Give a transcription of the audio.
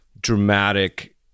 dramatic